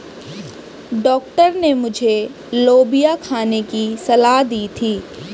doctor ने मुझे लोबिया खाने की सलाह दी थी